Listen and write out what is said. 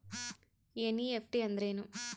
NEFT ಅಂದ್ರೆನು?